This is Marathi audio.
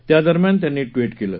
त्या दरम्यान त्यांनी ट्वीट क्लि